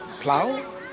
plow